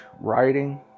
writing